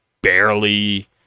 barely